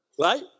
right